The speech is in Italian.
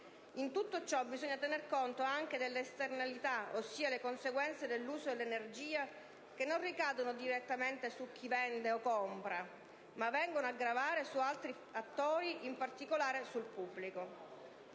In tutto ciò bisogna tenere conto anche delle esternalità, ossia le conseguenze dell'uso dell'energia che non ricadono direttamente su chi vende o compra, ma che vanno a gravare su altri attori, in particolare sul pubblico.